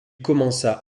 commença